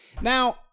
Now